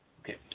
Okay